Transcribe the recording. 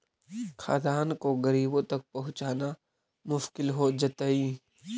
खाद्यान्न को गरीबों तक पहुंचाना मुश्किल हो जइतइ